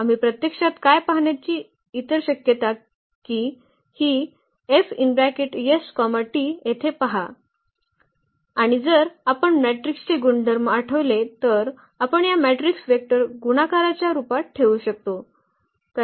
आम्ही प्रत्यक्षात काय पाहण्याची इतर शक्यता की ही येथे पहा आणि जर आपण मॅट्रिक्सचे गुणधर्म आठवले तर आपण या मॅट्रिक्स वेक्टर गुणाकाराच्या रूपात ठेवू शकतो